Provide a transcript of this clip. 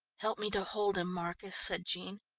help me to hold him, marcus, said jean.